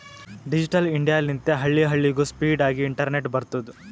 digital India ಲಿಂತೆ ಹಳ್ಳಿ ಹಳ್ಳಿಗೂ ಸ್ಪೀಡ್ ಆಗಿ ಇಂಟರ್ನೆಟ್ ಬರ್ತುದ್